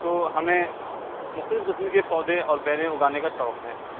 تو ہمیں مختلف قسم کے پودے اور بیلیں اگانے کا شوق ہے